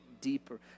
deeper